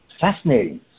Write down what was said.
Fascinating